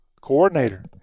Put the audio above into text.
coordinator